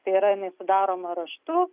tai yra jinai sudaroma raštu